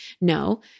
No